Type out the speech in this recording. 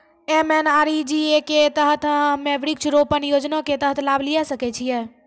MNREGA के तहत हम्मय वृक्ष रोपण योजना के तहत लाभ लिये सकय छियै?